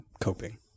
coping